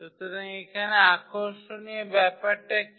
সুতরাং এখানে আকর্ষণীয় ব্যাপারটা কি